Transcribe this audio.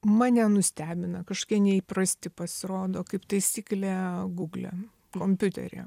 mane nustebina kažkokie neįprasti pasirodo kaip taisyklė gugle kompiuteryje